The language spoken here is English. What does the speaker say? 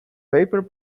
paper